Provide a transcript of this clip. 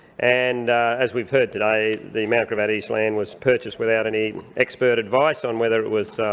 and as we've heard today, the mount gravatt east land was purchased without any expert advice on whether it was